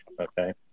okay